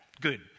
Good